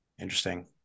Interesting